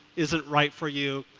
is it right for you?